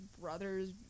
brothers